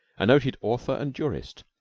a noted author and jurist,